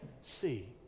see